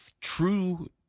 true